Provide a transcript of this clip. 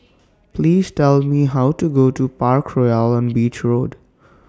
Please Tell Me How to get to Parkroyal on Beach Road